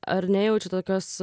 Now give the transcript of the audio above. ar nejaučiat tokios